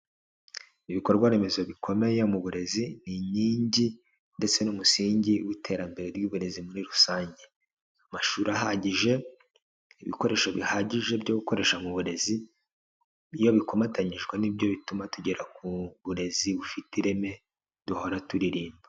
Ibikorwa remezo bikomeye mu burezi, ni inkingi ndetse n'umusingi w'iterambere ry'uburezi muri rusange. Amashuri ahagije, ibikoresho bihagije byo gukoresha mu burezi, iyo bikomatanyijwe ni byo bituma tugera ku burezi bufite ireme, duhora turirimba.